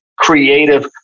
creative